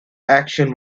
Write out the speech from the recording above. action